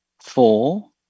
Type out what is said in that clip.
four